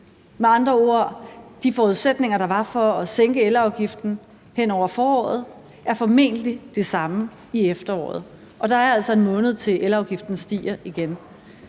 Med andre ord: De forudsætninger, der var for at sænke elafgiften hen over foråret, er formentlig de samme i efteråret, og der er altså en måned til, at elafgiften stiger igen.